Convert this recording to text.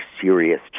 serious